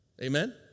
Amen